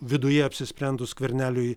viduje apsisprendus skverneliui